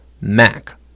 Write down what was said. Mac